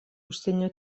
užsienio